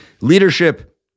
leadership